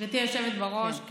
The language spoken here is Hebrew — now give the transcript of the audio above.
גברתי היושבת-ראש, לא שומעים.